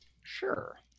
Sure